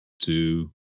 two